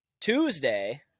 Tuesday